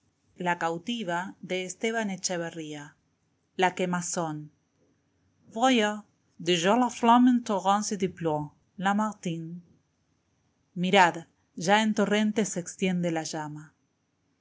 la f lamme en torrent se déploie lamartine mirad ya en torrente se extiende la llama